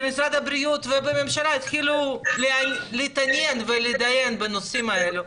במשרד הבריאות ובממשלה יתחילו להתעניין ולהתדיין בנושאים האלה.